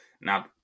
now